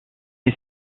est